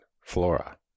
flora